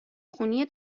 خونی